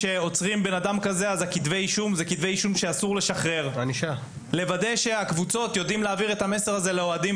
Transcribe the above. ששם אנחנו יושבים על כל ההיבט של המדיניות של העמדה לדין,